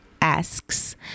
Asks